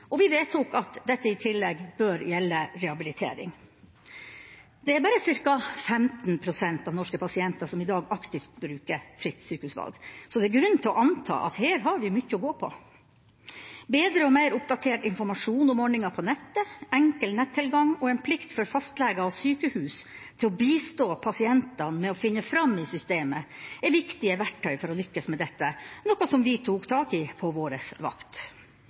og vi vedtok at dette i tillegg bør gjelde rehabilitering. Det er bare ca. 15 pst. av norske pasienter som i dag aktivt bruker fritt sykehusvalg, så det er grunn til å anta at her har vi mye å gå på. Bedre og mer oppdatert informasjon om ordninga på nettet, enkel nettilgang og en plikt for fastleger og sykehus til å bistå pasientene med å finne fram i systemet er viktige verktøy for å lykkes med dette, noe som vi tok tak i på vår vakt.